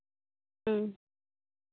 ᱦᱩᱸ